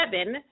seven